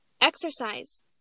Exercise